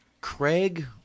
Craig